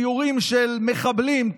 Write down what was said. ציורים של מחבלים,